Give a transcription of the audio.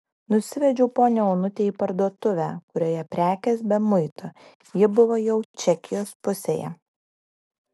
nusivedžiau ponią onutę į parduotuvę kurioje prekės be muito ji buvo jau čekijos pusėje